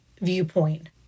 viewpoint